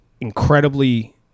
incredibly